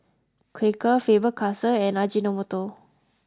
Quaker Faber Castell and Ajinomoto